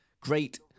great